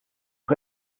nog